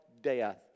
death